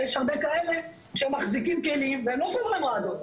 אבל יש הרבה כאלה שמחזיקים כלים והם לא חברי מועדון.